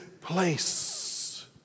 place